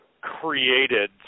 created